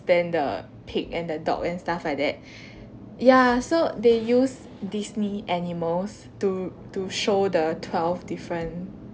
then the pig and the dog and stuff like that ya so they use disney animals to to show the twelve different